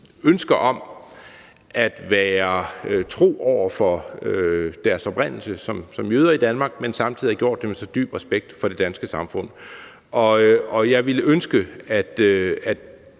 ønsker om at være tro over for deres oprindelse, som jøderne i Danmark, men samtidig har gjort det med så dyb respekt for det danske samfund. Jeg ville ønske, at